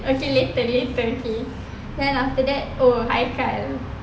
later later okay then after that oh haikal